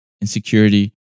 insecurity